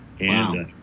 Wow